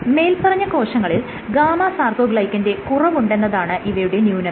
മേല്പറഞ്ഞ കോശങ്ങളിൽ ഗാമ സാർകോഗ്ലൈക്കന്റെ കുറവുണ്ടെന്നതാണ് ഇവയുടെ ന്യൂനത